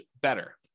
better